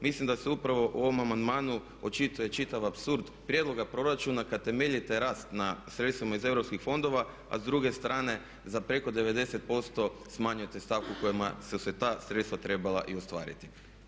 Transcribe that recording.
Mislim da se upravo u ovom amandmanu očituje čitav apsurd prijedloga proračuna kad temeljite rast na sredstvima iz EU fondova, a s druge strane za preko 90% smanjujete stavku kojima su se ta sredstva trebala i ostvariti.